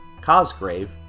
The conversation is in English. Cosgrave